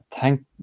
thank